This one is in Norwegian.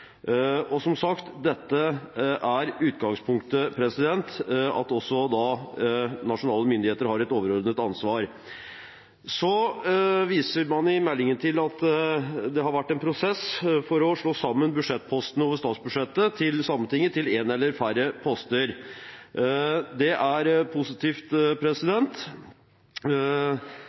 kultur. Som sagt er utgangspunktet at nasjonale myndigheter har et overordnet ansvar. Man viser i meldingen til at det har vært en prosess for å slå sammen budsjettpostene til Sametinget til én eller færre poster i statsbudsjettet. Det er positivt.